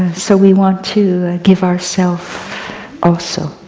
so we want to give ourself also